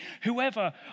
whoever